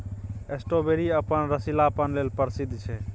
strawberry अपन रसीलापन लेल प्रसिद्ध छै